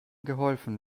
geholfen